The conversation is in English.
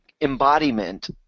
embodiment